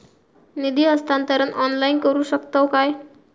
निधी हस्तांतरण ऑनलाइन करू शकतव काय?